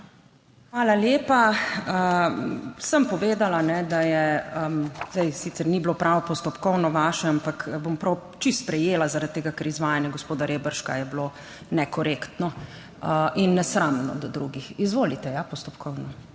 Hvala lepa. Sem povedala, da je – zdaj sicer ni bilo prav postopkovno vaše, ampak bom prav čisto sprejela zaradi tega, ker izvajanje gospoda Reberška je bilo nekorektno in nesramno do drugih. Izvolite, ja, postopkovno.